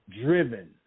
Driven